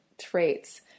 traits